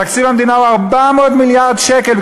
תקציב המדינה הוא 400 מיליארד שקל.